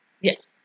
Yes